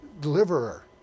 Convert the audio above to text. deliverer